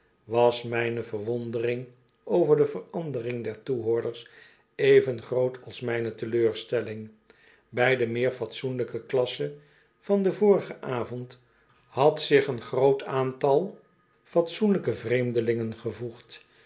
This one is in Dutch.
was mjne verwondering over de verandering der toehoorders even groot als mijne teleurstelling bij de meer fatsoenlijke klasse van den vorigen avond had zich een groot aantal fatsoenlijke vreemdelingen gevoegd